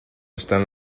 están